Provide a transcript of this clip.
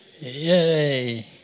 Yay